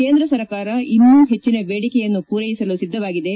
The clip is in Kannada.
ಕೇಂದ್ರ ಸರ್ಕಾರ ಇನ್ನೂ ಹೆಚ್ಚಿನ ಬೇಡಿಕೆಯನ್ನು ಪೂರೈಸಲು ಸಿದ್ದವಾಗಿದೆ